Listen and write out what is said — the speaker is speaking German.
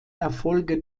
erfolge